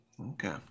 Okay